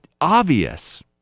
obvious